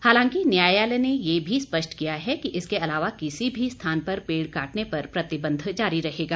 हालांकि न्यायालय ने ये भी स्पष्ट किया है कि इसके अलावा किसी भी स्थान पर पेड़ काटने पर प्रतिबंध जारी रहेगा